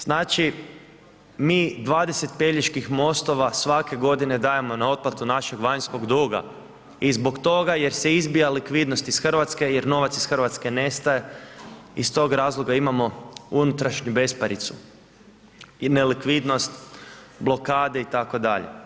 Znači, mi 20 Peljeških mostova svake godine dajemo na otplatu našeg vanjskog duga i zbog toga jer se izbija likvidnost iz Hrvatske, jer novac iz Hrvatske nestaje i stog razloga imamo unutrašnju besparicu i nelikvidnost, blokade itd.